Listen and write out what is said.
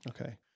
Okay